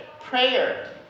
prayer